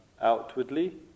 outwardly